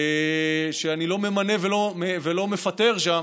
שאני לא ממנה ולא מפטר שם,